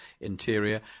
interior